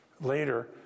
later